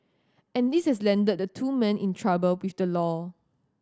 and this has landed the two men in trouble with the law